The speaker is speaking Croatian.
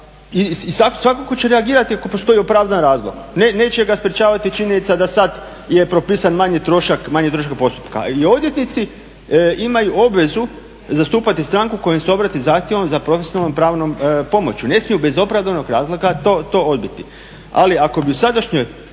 i svakako će reagirati ako postoji opravdan razlog neće ga sprječavati činjenica da sada je propisan manji trošak, manji trošak postupka. Ili odvjetnici imaju obvezu zastupati stranku koja im se obrati zahtjevom za profesionalnom pomoći, ne smiju bez opravdanog razloga to odbiti. Ali ako bi u sadašnjoj